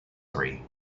three